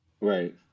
right